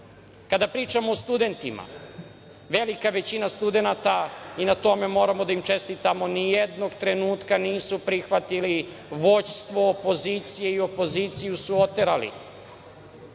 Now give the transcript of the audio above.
pričamo studentima, velika većina studenata, i na tome moramo da im čestitamo, nijednog trenutka nisu prihvatili vođstvo opozicije i opoziciju su oterali. Studenti